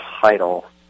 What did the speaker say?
Title